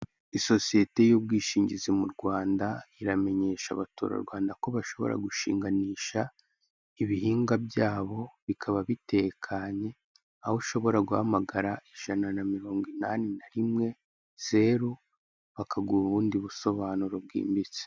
iIsosiyete y'ubwishingizi mu Rwanda, iramenyesha abaturarwanda ko bashobora gushinganisha ibihingwa byabo, bikaba bitekanye, aho ushobora guhamagara ijana na mirongo inani na rimwe, zeru, bakaguha ubundi busobanuro bwimbitse.